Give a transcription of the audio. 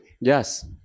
yes